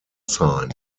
sign